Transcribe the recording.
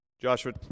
Joshua